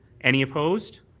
any opposed.